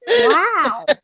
Wow